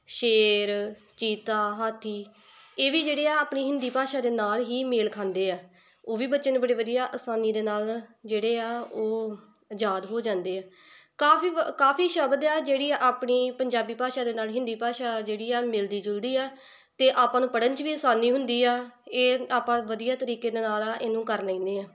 ਸ਼ੇਰ ਚੀਤਾ ਹਾਥੀ ਇਹ ਵੀ ਜਿਹੜੇ ਆ ਆਪਣੀ ਹਿੰਦੀ ਭਾਸ਼ਾ ਦੇ ਨਾਲ ਹੀ ਮੇਲ ਖਾਂਦੇ ਆ ਉਹ ਵੀ ਬੱਚੇ ਨੂੰ ਬੜੇ ਵਧੀਆ ਆਸਾਨੀ ਦੇ ਨਾਲ ਜਿਹੜੇ ਆ ਉਹ ਯਾਦ ਹੋ ਜਾਂਦੇ ਆ ਕਾਫ਼ੀ ਵ ਕਾਫ਼ੀ ਸ਼ਬਦ ਆ ਜਿਹੜੀ ਆਪਣੀ ਪੰਜਾਬੀ ਭਾਸ਼ਾ ਦੇ ਨਾਲ ਹਿੰਦੀ ਭਾਸ਼ਾ ਜਿਹੜੀ ਆ ਮਿਲਦੀ ਜੁਲਦੀ ਆ ਅਤੇ ਆਪਾਂ ਨੂੰ ਪੜ੍ਹਨ 'ਚ ਵੀ ਆਸਾਨੀ ਹੁੰਦੀ ਆ ਇਹ ਆਪਾਂ ਵਧੀਆ ਤਰੀਕੇ ਨਾਲ ਇਹਨੂੰ ਕਰ ਲੈਂਦੇ ਹਾਂ